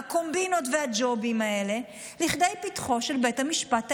הקומבינות והג'ובים האלה לפתחו של בית המשפט העליון.